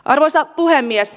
arvoisa puhemies